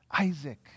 Isaac